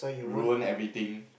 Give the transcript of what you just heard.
ruin everything